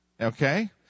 Okay